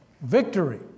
Victory